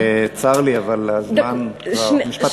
צר לי, אבל הזמן כבר, משפט אחרון.